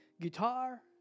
guitar